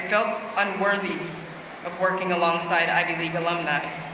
felt unworthy of working alongside ivy league alumni.